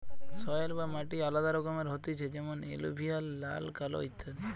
soil বা মাটি আলাদা রকমের হতিছে যেমন এলুভিয়াল, লাল, কালো ইত্যাদি